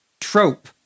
trope